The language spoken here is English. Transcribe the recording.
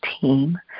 team